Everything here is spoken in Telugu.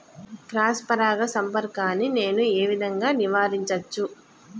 క్రాస్ పరాగ సంపర్కాన్ని నేను ఏ విధంగా నివారించచ్చు?